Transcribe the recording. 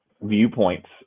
viewpoints